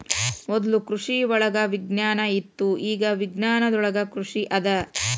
ಮೊದ್ಲು ಕೃಷಿವಳಗ ವಿಜ್ಞಾನ ಇತ್ತು ಇಗಾ ವಿಜ್ಞಾನದೊಳಗ ಕೃಷಿ ಅದ